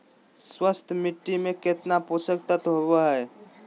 स्वस्थ मिट्टी में केतना पोषक तत्त्व होबो हइ?